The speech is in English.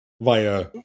via